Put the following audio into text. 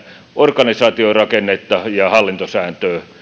organisaatiorakennetta ja hallintosääntöä